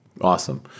Awesome